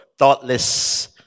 Thoughtless